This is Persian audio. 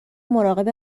مراقب